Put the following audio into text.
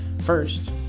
First